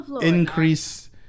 increase